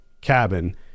cabin